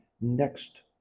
next